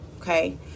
okay